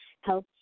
health